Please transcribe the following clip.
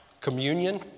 communion